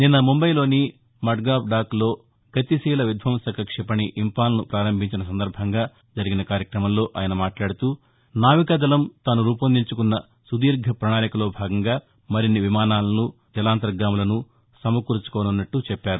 నిన్న ముంబైలోని మడగాప్ డాక్లో గతిశీల విధ్వంసక క్షిపణి ఇంపాల్ ను ప్రారంభించిన సందర్భంగా జరిగిన కార్యక్రమంలో ఆయన మాట్లాడుతూ నావికాదళం తాను రూపొందించుకున్న సుదీర్ఘ ప్రణాళికలో భాగంగా మరిన్ని విమానాలను జలాంతర్గాములను సమకూర్చుకోనున్నట్లు చెప్పారు